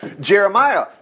Jeremiah